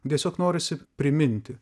tiesiog norisi priminti